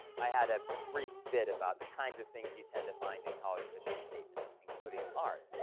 i had a brief bit about the kind of things you tend to find in college mission statements, including ours.